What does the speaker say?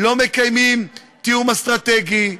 לא מקיימים תיאום אסטרטגי,